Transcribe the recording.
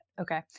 okay